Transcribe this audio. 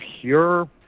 pure